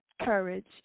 courage